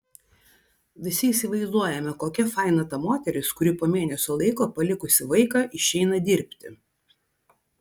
visi įsivaizduojame kokia faina ta moteris kuri po mėnesio laiko palikusi vaiką išeina dirbti